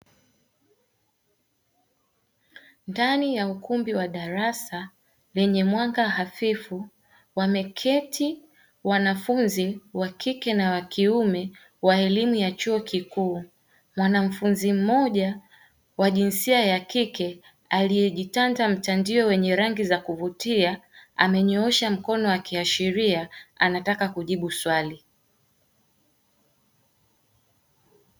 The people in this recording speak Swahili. Ndani ya ukumbi wa darasa lenye mwanga hafifu wameketi wanafunzi wa kike na wakiume wa elimu ya chuo kikuu. Mwanafunzi mmoja wa jinsia ya kike aliyejitanda mtandio wenye rangi za kuvutia amenyoosha mkono akiashiria anataka kujibu swali.